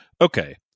Okay